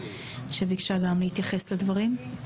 שביקשה גם להתייחס לדברים.